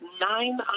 nine